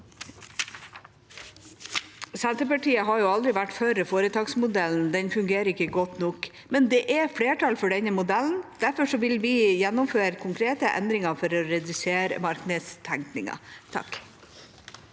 Senterpartiet har aldri vært for foretaksmodellen. Den fungerer ikke godt nok, men det er flertall for denne modellen. Derfor vil vi gjennomføre konkrete endringer for å redusere markedstenkningen.